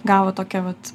gavo tokią vat